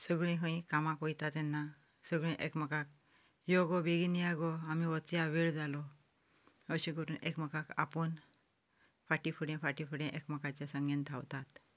सगळीं खंयीय कामाक वता तेन्ना सगळीं एकमेकाक यो गो बेगीन या गो आमी वचया वेळ जालो अशें करून एकमेकाक आपोवन फाटी फुडें फाटी फुडें एकमेकाचे सांगेन धांवतात